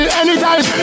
anytime